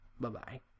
Bye-bye